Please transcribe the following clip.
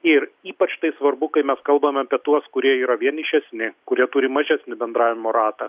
ir ypač tai svarbu kai mes kalbam apie tuos kurie yra vienišesni kurie turi maženį bendravimo ratą